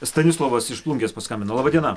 stanislovas iš plungės paskambino laba diena